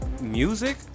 music